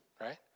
Right